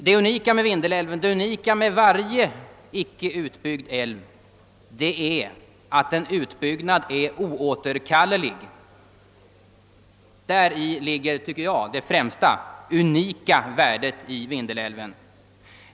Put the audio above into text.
Det unika med Vindelälven är just att den inte är utbyggd; en utbyggnad är nämligen oåterkallelig. Däri ligger enligt min mening det främsta värdet av Vindelälven.